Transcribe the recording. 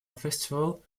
festival